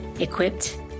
equipped